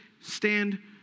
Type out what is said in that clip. stand